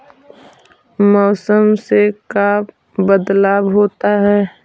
मौसम से का बदलाव होता है?